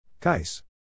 Kais